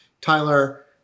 tyler